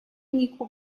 نیکو